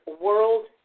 world